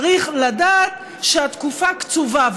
צריך לדעת שהתקופה קצובה.